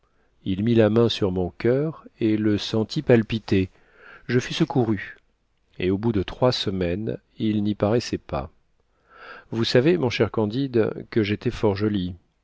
il mit la main sur mon coeur et le sentit palpiter je fus secouru et au bout de trois semaines il n'y paraissait pas vous savez mon cher candide que j'étais fort joli